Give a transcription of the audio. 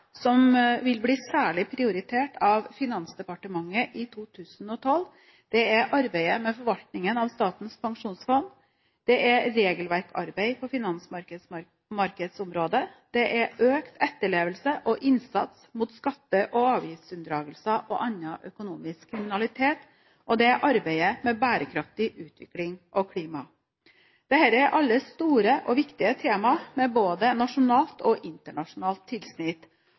som vil bli særlig prioritert av Finansdepartementet i 2012, er arbeidet med forvaltningen av Statens pensjonsfond, det er regelverkarbeid på finansmarkedsområdet, det er økt etterlevelse og innsats mot skatte- og avgiftsunndragelser og annen økonomisk kriminalitet, og det er arbeidet med bærekraftig utvikling og klima. Dette er alle store og viktige temaer, med både nasjonalt og internasjonalt tilsnitt,